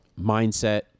mindset